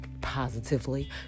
positively